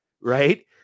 right